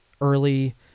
early